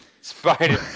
Spider